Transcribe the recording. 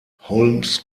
holmes